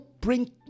bring